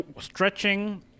stretching